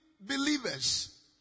believers